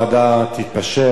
אולי תגיע לחמש שנים,